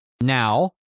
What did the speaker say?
Now